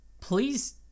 please